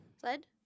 Sled